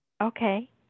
Okay